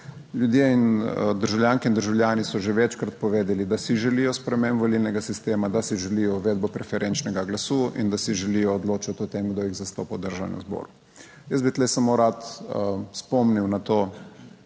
ljudje in državljanke in državljani so že večkrat povedali, da si želijo sprememb volilnega sistema, da si želijo uvedbo preferenčnega glasu in da si želijo odločati o tem, kdo jih zastopa v Državnem zboru. Jaz bi tu samo rad spomnil na to,